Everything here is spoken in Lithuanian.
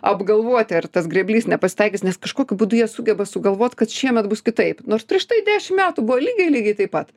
apgalvoti ar tas grėblys nepasitaikys nes kažkokiu būdu jie sugeba sugalvot kad šiemet bus kitaip nors prieš tai dešim metų buvo lygiai lygiai taip pat